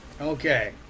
Okay